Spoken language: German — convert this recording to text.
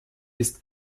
ist